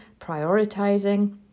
prioritizing